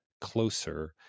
closer